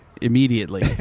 Immediately